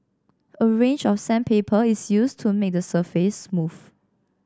a range of sandpaper is used to make the surface smooth